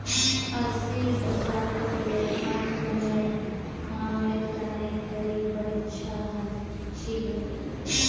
अस्सीर दशकत लेखांकनेर कामेर तने कड़ी परीक्षा ह छिले